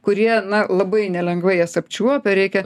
kurie na labai nelengvai jas apčiuopia reikia